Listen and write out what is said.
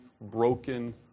broken